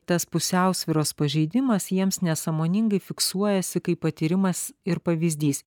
tas pusiausvyros pažeidimas jiems nesąmoningai fiksuojasi kaip patyrimas ir pavyzdys